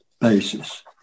basis